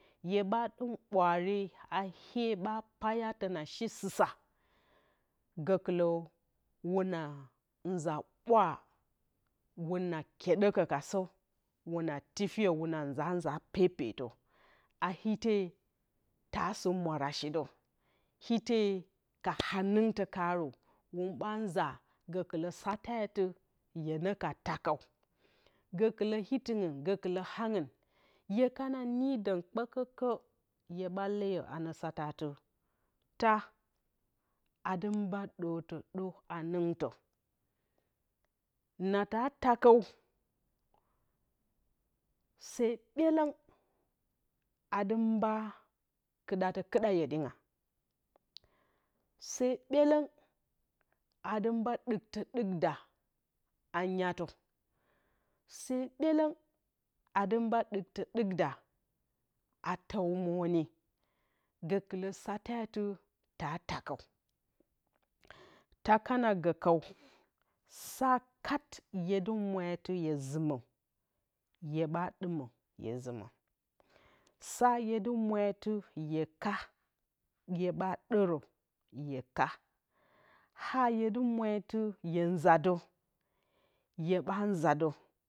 Hyeɓa ɗɨm ɓwaare a sɨsa gǝkɨlǝ whuna za ɓwaa whuna kyeɗǝkǝkasǝ whuna tifiyǝ whuna nza nza pepetǝ a ite taa shi mwarashidǝ ite ka hanɨngtǝ karǝ wǝn ɓa gǝkɨlǝ ite hyenǝ ka taa kǝu gǝkɨlǝ itingɨn gǝkɨlǝ angɨn hye kana nidǝn kpǝkǝkǝ hyeɓa leyǝ atɨ ka satatɨ taa adɨ mba dǝrtǝ dǝr haningto na taa taa kǝu se ɓyelǝng adɨ mba kuttǝ kǝɗa yedinga se byelǝn gadɨ mba mbatǝ ɗɨkda a nyatǝ se byelǝng adɨ mba ɗɨktǝ ɗɨkda a tǝmǝnyi gǝkɨlǝ sate dɨ taa taa kǝu taa kana gǝ kǝu saa kat hye dɨ mwatɨ hye zɨmǝhyeɓa ɗɨma a zɨmǝ saa hyedɨ mwadɨ hye kaa hyeɓa ɗǝrǝ hye kaa haa hyedɨ mwatɨ hye nzadǝ hyeɓa nzadǝ